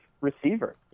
receiver